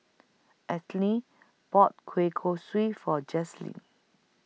Ethyl bought Kueh Kosui For Jazlyn